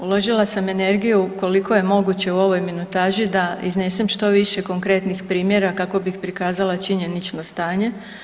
Uložila sam energiju koliko je moguće u ovoj minutaži da iznesem što više konkretnih primjera kako bih prikazala činjenično stanje.